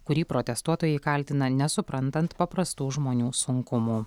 kurį protestuotojai kaltina nesuprantant paprastų žmonių sunkumų